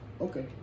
okay